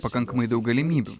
pakankamai daug galimybių